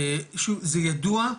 שוב, זה ידוע,